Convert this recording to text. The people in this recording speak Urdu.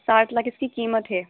ساٹھ لاکھ اس کی قیمت ہے